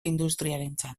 industriarentzat